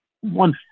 one